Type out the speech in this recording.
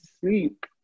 sleep